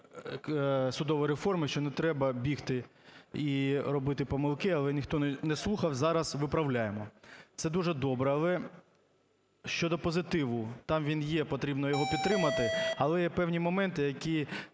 судової реформи, що не треба бігти і робити помилки, але ніхто не слухав. Зараз виправляємо. Це дуже добре. Але щодо позитиву, там він є, потрібно його підтримати. Але є певні моменти, які